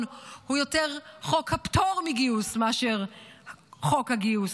הוא יותר חוק הפטור מגיוס מאשר חוק הגיוס.